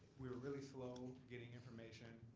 we were really slow getting information.